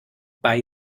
bei